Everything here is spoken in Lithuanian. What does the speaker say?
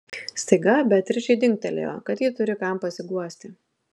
staiga beatričei dingtelėjo kad ji turi kam pasiguosti